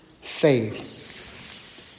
face